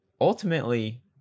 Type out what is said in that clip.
ultimately